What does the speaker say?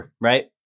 right